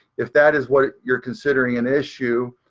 if that is what you're considering an issue,